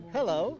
Hello